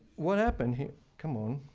what happened here? come on.